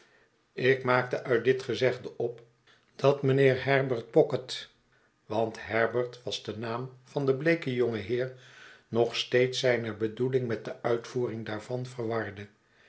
ik maakte uit dit gezegde op dat mijnheer herbert pocket want herbert was de naam van den bleeken jongen heer nog steeds zijne bedoeling met de uitvoering daarvan verwarde